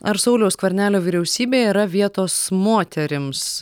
ar sauliaus skvernelio vyriausybėje yra vietos moterims